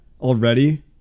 already